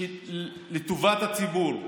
לטובת הציבור,